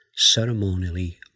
ceremonially